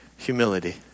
Humility